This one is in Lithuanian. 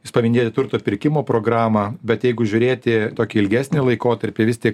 jūs paminėjote turto pirkimo programą bet jeigu žiūrėti tokį ilgesnį laikotarpį vis tik